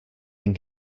been